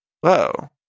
whoa